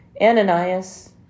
Ananias